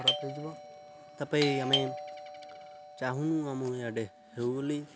ଖରାପ ହୋଇଯିବ ତାପରେ ଆମେ ଚାହୁଁନୁ ଆମଁ ଇଆଡ଼େ ହେଉ ବୋଲି